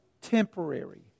temporary